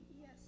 Yes